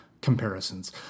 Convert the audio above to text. comparisons